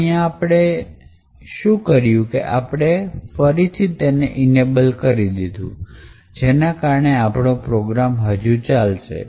તો અહીંયા આપણે શું કર્યું કે આપણે ફરી ને ઈનેબલ કરી દીધું જેના કારણે આપણો પ્રોગ્રામ હજુ ચાલશે